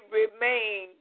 remain